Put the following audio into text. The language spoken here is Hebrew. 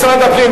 משרד הפנים,